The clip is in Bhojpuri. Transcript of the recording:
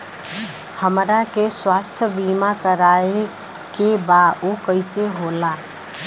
हमरा के स्वास्थ्य बीमा कराए के बा उ कईसे होला?